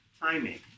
timing